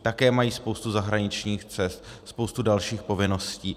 Také mají spoustu zahraničních cest a spoustu dalších povinností.